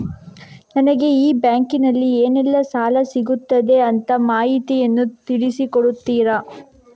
ನನಗೆ ಈ ಬ್ಯಾಂಕಿನಲ್ಲಿ ಏನೆಲ್ಲಾ ಸಾಲ ಸಿಗುತ್ತದೆ ಅಂತ ಮಾಹಿತಿಯನ್ನು ತಿಳಿಸಿ ಕೊಡುತ್ತೀರಾ?